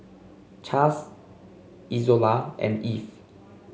Chas Izola and Eve